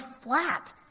flat